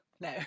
no